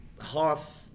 Hoth